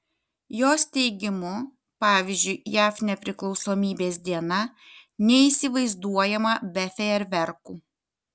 jos teigimu pavyzdžiui jav nepriklausomybės diena neįsivaizduojama be fejerverkų